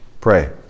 Pray